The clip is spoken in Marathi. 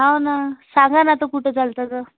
हो ना सांगा ना आता कुठं चालता तर